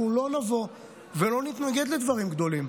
אנחנו לא נבוא ולא נתנגד לדברים גדולים.